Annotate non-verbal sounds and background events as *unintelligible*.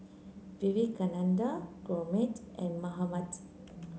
Vivekananda Gurmeet and Mahatma *unintelligible*